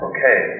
Okay